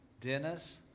Dennis